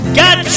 got